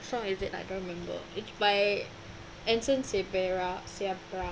song is it like I don't remember is by anson seabra seabra